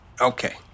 Okay